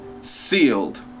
sealed